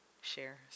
share